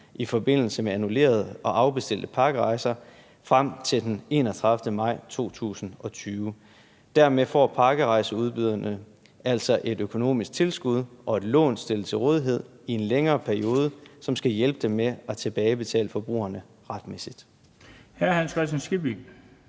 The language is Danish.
i forbindelse med annullerede og afbestilte pakkerejser frem til den 31. maj 2020. Dermed får pakkerejseudbyderne altså et økonomisk tilskud og et lån stillet til rådighed i en længere periode, hvilket skal hjælpe dem med at tilbagebetale forbrugerne retmæssigt.